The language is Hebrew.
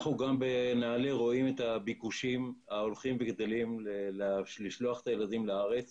אנחנו בנעל"ה רואים את הביקושים ההולכים וגדלים לשלוח את הילדים לארץ